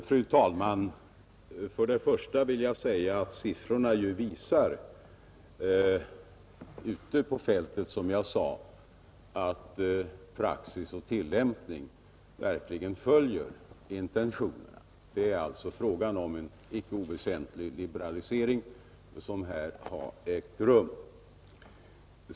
Fru talman! Först vill jag säga att uppgifterna från fältet visar, som jag sade, att praxis och tillämpning följer intentionerna. Det är alltså en icke oväsentlig liberalisering som har ägt rum.